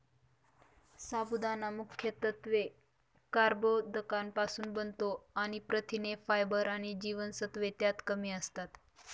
साबुदाणा मुख्यत्वे कर्बोदकांपासुन बनतो आणि प्रथिने, फायबर आणि जीवनसत्त्वे त्यात कमी असतात